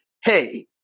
hey